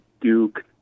Duke